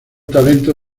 talento